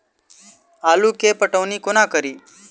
आलु केँ पटौनी कोना कड़ी?